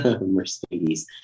Mercedes